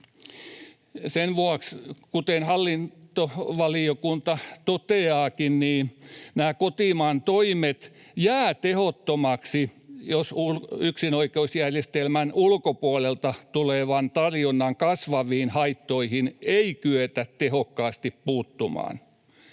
Sen vuoksi, kuten hallintovaliokunta toteaakin, nämä kotimaan toimet jäävät tehottomiksi, jos yksinoikeusjärjestelmän ulkopuolelta tulevan tarjonnan kasvaviin haittoihin ei kyetä tehokkaasti puuttumaan.